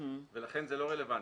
ולכן זה לא רלוונטי.